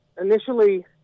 initially